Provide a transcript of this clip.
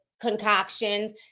concoctions